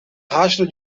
rastro